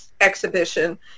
exhibition